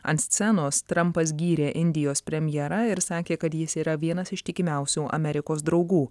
ant scenos trampas gyrė indijos premjerą ir sakė kad jis yra vienas ištikimiausių amerikos draugų